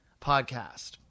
podcast